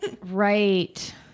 Right